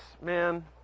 man